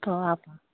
तो आप हाँ